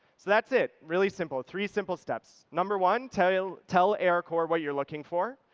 so that's it. really simple. three simple steps. number one, tell tell arcore what you're looking for.